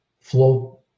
flow